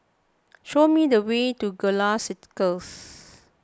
show me the way to Gallop Circus